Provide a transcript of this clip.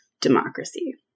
democracy